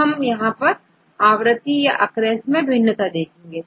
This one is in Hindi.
तो यहां पर हम आवृत्ति याOCCURENCE मैं भिन्नता देखेंगे